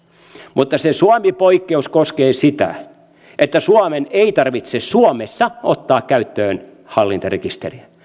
mutta se suomi poikkeus koskee sitä että suomen ei tarvitse suomessa ottaa käyttöön hallintarekisteriä